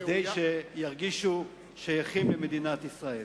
כדי שירגישו שייכות למדינת ישראל.